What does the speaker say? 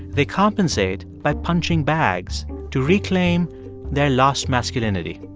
they compensate by punching bags to reclaim their lost masculinity.